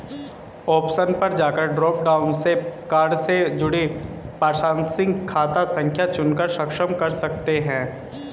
option पर जाकर drop down से कार्ड से जुड़ी प्रासंगिक खाता संख्या चुनकर सक्षम कर सकते है